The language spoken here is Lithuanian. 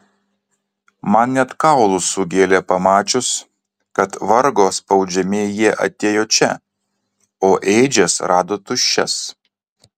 man net kaulus sugėlė pamačius kad vargo spaudžiami jie atėjo čia o ėdžias rado tuščias